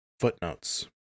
Footnotes